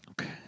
okay